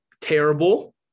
terrible